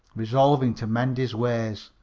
resolving to mend his ways,